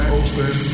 open